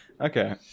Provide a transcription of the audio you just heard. Okay